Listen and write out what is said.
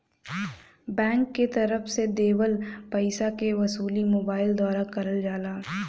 bank के तरफ से देवल पइसा के वसूली मोबाइल द्वारा करल जाला